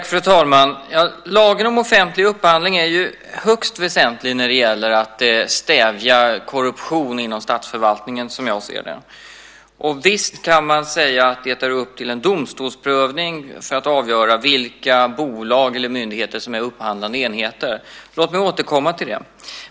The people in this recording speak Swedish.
Fru talman! Lagen om offentlig upphandling är, som jag ser det, högst väsentlig när det gäller att stävja korruption inom statsförvaltningen. Och visst kan man säga att det är upp till en domstol att pröva och avgöra vilka bolag eller myndigheter som är upphandlande enheter. Låt mig återkomma till det.